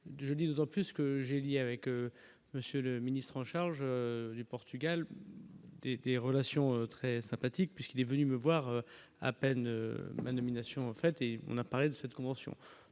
jeudi 12 ans plus ce que j'ai dit avec monsieur le ministre en charge du Portugal des des relations très sympathique puisqu'il est venu me voir à peine la nomination en fait et on a parlé de cette convention,